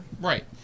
Right